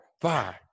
five